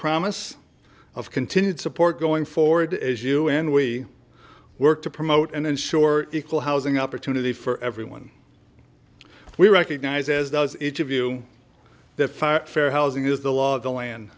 promise of continued support going forward as you and we work to promote and ensure equal housing opportunity for everyone we recognize as does each of you that fact fair housing is the law of